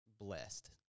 blessed